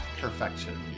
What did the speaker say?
Perfection